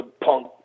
punk